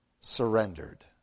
surrendered